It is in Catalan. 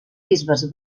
bisbes